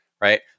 right